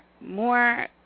more